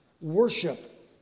Worship